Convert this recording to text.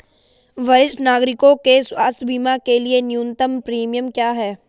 वरिष्ठ नागरिकों के स्वास्थ्य बीमा के लिए न्यूनतम प्रीमियम क्या है?